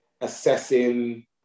assessing